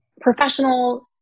professional